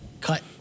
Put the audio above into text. Cut